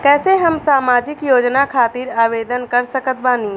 कैसे हम सामाजिक योजना खातिर आवेदन कर सकत बानी?